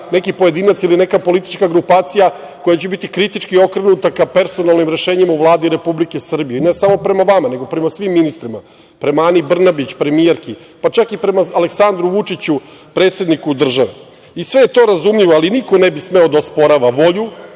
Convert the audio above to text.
neki pojedinac ili neka politička grupacija koja će biti kritički okrenuta ka personalnim rešenjima u Vladi Republike Srbije, i to ne samo prema vama, nego prema svim ministrima, prema Ani Brnabić, premijerki, pa čak i prema Aleksandru Vučiću, predsedniku države. Sve je to razumljivo, ali niko ne bi smeo da osporava volju,